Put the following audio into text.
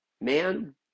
man